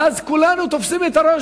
ואז כולנו תופסים את הראש.